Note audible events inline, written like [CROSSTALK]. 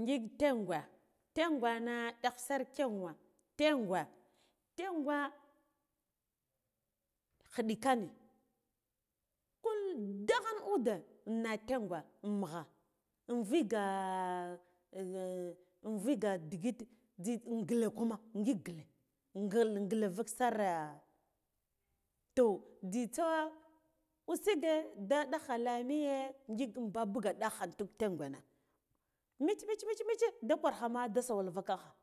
Ngik tengwe tengwena ɗagh sar kenwa tengwa khiɗi kane kul daghen ude na tenghwe mugha inviga in viga digit zhi nghile kuma ngik nghile nghile vuksare toh zhitsa usuge da dakha lamiye ngik babuga dakha intuk tengwana [UNINTELLIGIBLE] da gwa khoma da sawal vukakha